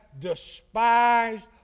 despised